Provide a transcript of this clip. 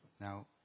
Now